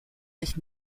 sich